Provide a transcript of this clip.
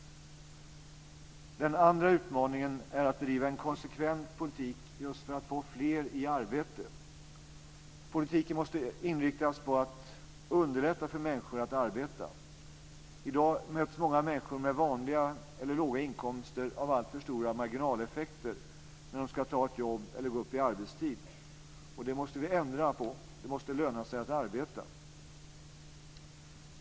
Den andra utmaningen är att driva en konsekvent politik för att få fler i arbete. Politiken måste inriktas på att underlätta för människor att arbeta. I dag möts många människor med vanliga eller låga inkomster av alltför stora marginaleffekter när de ska ta ett jobb eller gå upp i arbetstid, och det måste vi ändra på. Det måste löna sig att arbeta.